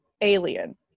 alien